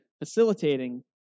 facilitating